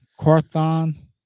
Carthon